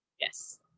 yes